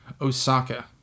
Osaka